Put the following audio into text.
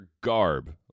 garb